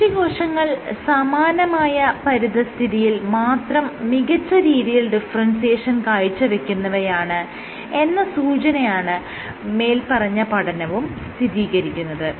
പേശീകോശങ്ങൾ സമാനമായ പരിതസ്ഥിതിയിൽ മാത്രം മികച്ച രീതിയിൽ ഡിഫറെൻസിയേഷൻ കാഴ്ചവെക്കുന്നവയാണ് എന്ന സൂചനയാണ് മേല്പറഞ്ഞ പഠനവും സ്ഥിതീകരിക്കുന്നത്